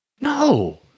No